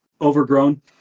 overgrown